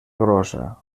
grossa